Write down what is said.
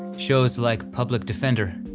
shows like public defender,